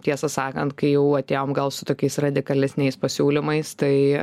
tiesą sakant kai jau atėjom gal su tokiais radikalesniais pasiūlymais tai